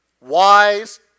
wise